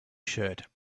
shirt